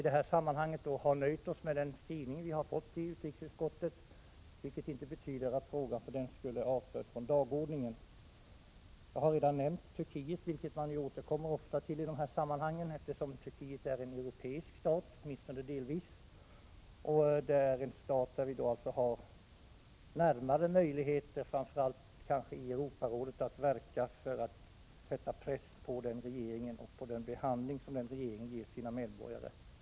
I detta sammanhang har vi nöjt oss med skrivningen i utrikesutskottets betänkande.Frågan är för den skull inte avförd från dagordningen. Jag har redan nämnt Turkiet, vilket man ofta återkommer till i dessa sammanhang. Turkiet är åtminstone delvis en europeisk stat. Framför allt genom Europarådet har vi då kanske närmare möjligheter att verka för att sätta press på den turkiska regeringen angående den behandling som regeringen ger sina medborgare.